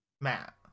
Matt